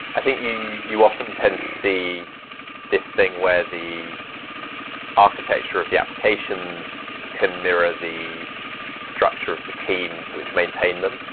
i think you you often tend to see this thing where the architecture of the applications can mirror the structure of the teams which maintain them,